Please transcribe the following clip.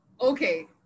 okay